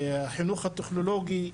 והחינוך הטכנולוגי,